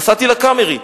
נסעתי ל"הקאמרי".